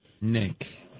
Nick